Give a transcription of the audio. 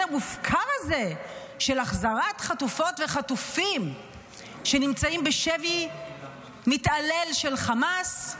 המופקר הזה של החזרת חטופות וחטופים שנמצאים בשבי מתעלל של חמאס,